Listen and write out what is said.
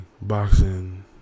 boxing